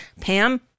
Pam